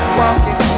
walking